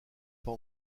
pas